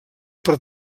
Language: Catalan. per